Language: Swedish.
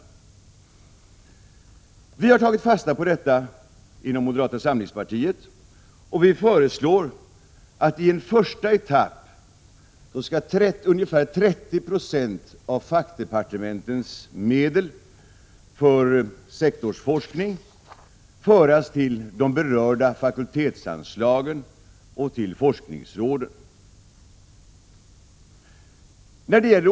Vi har inom moderata samlingspartiet tagit fasta på detta och föreslår att i en första etapp ungefär 30 96 av fackdepartementens medel för sektorsforskning skall föras till de berörda fakultetsanslagen och till forskningsråden.